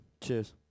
Cheers